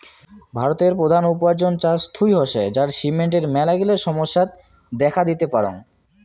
ভারতের প্রধান উপার্জন চাষ থুই হসে, যার সিস্টেমের মেলাগিলা সমস্যা দেখাত দিতে পারাং